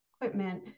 equipment